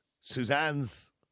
Suzanne's